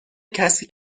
کسی